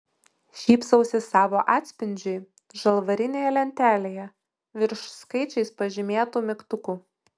šypsausi savo atspindžiui žalvarinėje lentelėje virš skaičiais pažymėtų mygtukų